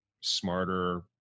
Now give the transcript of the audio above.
smarter